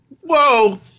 Whoa